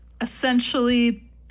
essentially